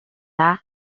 даа